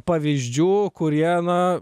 pavyzdžių kurie na